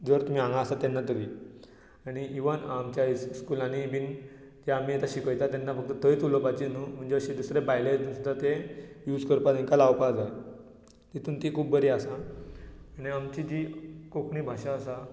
जर तुमी हांगा आसा तेन्ना तरी आनी इवन आमच्या स्कुलांनी बीन आमी शिकयता तेन्ना फक्त थंयच उलोवपाची न्हू म्हणजे अशी दुसरे भायले येता ते यूझ करपा तेंका लावपाक जाय तितूंंत ती खूब बरी आसा आनी आमची जी कोंकणी भाशा आसा